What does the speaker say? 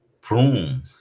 prune